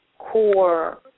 core